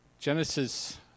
Genesis